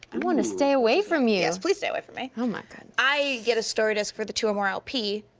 i wanna stay away from you. yes, please stay away from me. oh my goodness. i get a story disc for the two more lp.